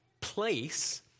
place